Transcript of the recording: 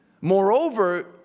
Moreover